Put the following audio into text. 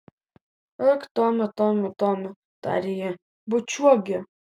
ak tomi tomi tomi tarė ji bučiuok gi